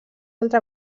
altra